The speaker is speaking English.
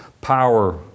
power